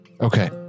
Okay